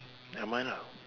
never mind lah